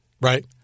right